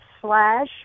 slash